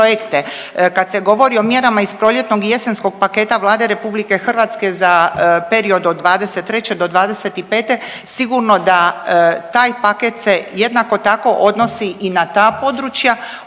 Kad se govori o mjerama iz proljetnog i jesenskog paketa Vlade RH za period od '23. do '25. sigurno da taj paket se jednako tako odnosi i na ta područja